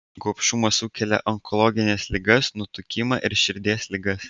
gobšumas sukelia onkologines ligas nutukimą ir širdies ligas